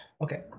okay